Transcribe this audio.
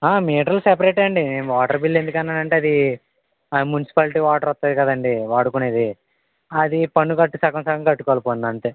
metre సపరేటే అండీ water bill ఎందుకన్నానంటే అది మున్సిపాలిటీ వాటర్ వస్తాయి కదండీ వాడుకునేది అది పన్ను కట్టు సగం సగం కట్టుకోవాలి పన్ను అంతే